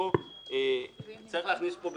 שהוא בוחן את זה על רקע שיקולים ביטחוניים,